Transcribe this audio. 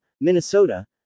Minnesota